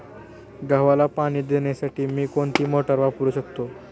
गव्हाला पाणी देण्यासाठी मी कोणती मोटार वापरू शकतो?